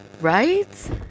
Right